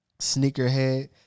sneakerhead